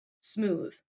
smooth